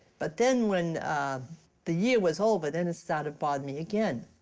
but then when the year was over, then it started bothering me again.